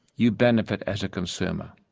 you benefit as a consumer.